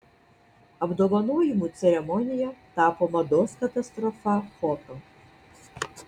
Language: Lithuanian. apdovanojimų ceremonija tapo mados katastrofa foto